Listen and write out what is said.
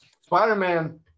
Spider-Man